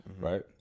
right